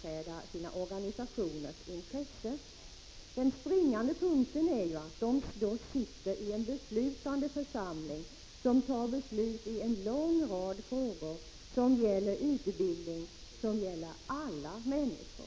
företräder ju sina organisationers intressen. Den springande punkten är ju att de sitter i en beslutande församling som fattar beslut i en lång rad utbildningsfrågor som gäller alla människor.